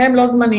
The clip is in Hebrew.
הם לא זמניים.